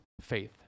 faith